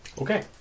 Okay